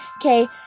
okay